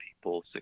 people